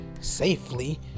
safely